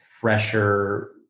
fresher